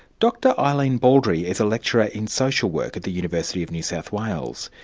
dr eileen baldry is a lecturer in social work at the university of new south wales.